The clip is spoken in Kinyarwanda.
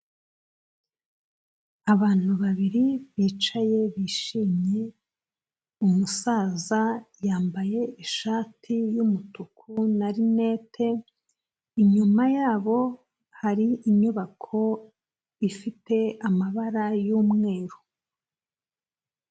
Abantu babiri bicaye bishimye, umusaza yambaye ishati y'umutuku na linete, inyuma yabo hari inyubako ifite amabara y'umweru.